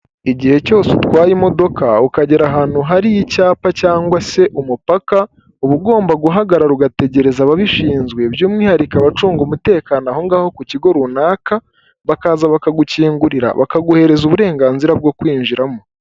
Igihe cyose utwaye imodoka ukagera ahantu hari icyapa cyangwa se umupaka, uba ugomba guhagarara ugategereza ababishinzwe by'umwihariko abacunga umutekano ahongaho ku kigo runaka bakaza bakagukingurira bakaguheriza uburenganzira bwo kwinjiramo.